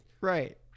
Right